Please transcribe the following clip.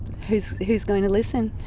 who's who's going to listen?